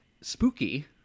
spooky